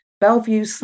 Bellevue